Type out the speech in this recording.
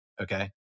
okay